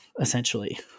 Essentially